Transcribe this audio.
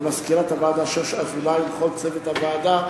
למזכירת הוועדה שוש אזולאי ולכל צוות הוועדה,